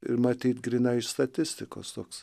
ir matyt grynai iš statistikos toks